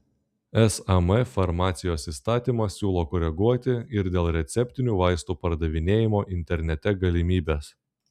sam farmacijos įstatymą siūlo koreguoti ir dėl receptinių vaistų pardavinėjimo internete galimybės